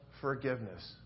forgiveness